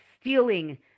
stealing